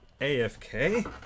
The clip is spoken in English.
afk